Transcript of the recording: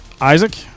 Isaac